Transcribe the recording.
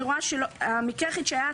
אני רואה שהמקרה היחיד בו הייתה